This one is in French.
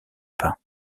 pin